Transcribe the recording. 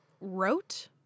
wrote